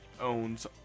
owns